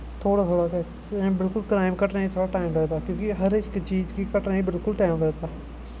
थोह्ड़ा थोह्ड़ इ'यां क्राईम बिल्कुल घटनें गी टाईम लगदा कि हर इक चीज गी घटने गी टाईम लगदा